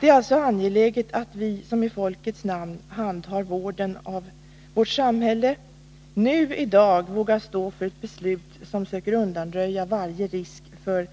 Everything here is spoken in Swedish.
Det är alltså angeläget att vi som i folkets namn handhar vården av vårt samhälle i dag vågar stå för ett beslut som söker undanröja varje risk för